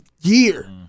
year